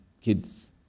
kids